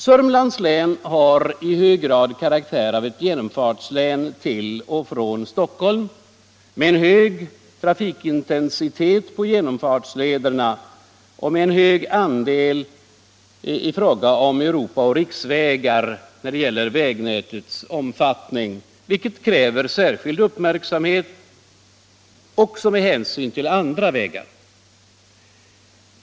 Sörmlands län har i hög grad karaktär av genomfartslän till och från Stockholm med hög trafikintensitet på genomfartslederna och med en hög andel europaoch riksvägar när det gäller vägnätets omfattning. Det kräver särskild uppmärksamhet också med hänsyn till andra vägar.